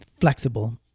flexible